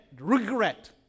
regret